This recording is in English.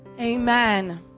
Amen